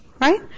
Right